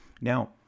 Now